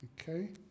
Okay